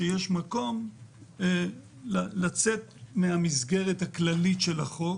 שיש מקום לצאת מהמסגרת הכללית של החוק